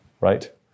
right